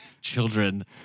children